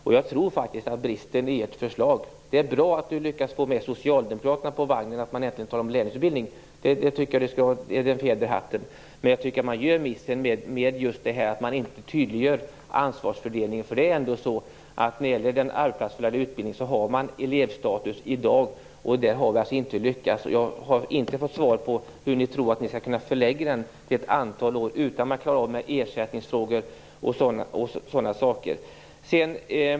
Det är bra att Andreas Carlgren lyckas få med Socialdemokraterna på vagnen, så att de äntligen talar om en lärlingsutbildning. För det skall han ha en fjäder i hatten. Men det är en miss att ni inte tydliggör ansvarsfördelningen. Vad gäller den arbetsplatsförlagda utbildningen i dag är det elevstatus som gäller, och vi har inte lyckats med detta. Jag har inte fått något svar från Andreas Carlgren på hur ni skall lyckas förlägga utbildningen till ett antal företag utan att det blir tal om ersättning och sådana saker.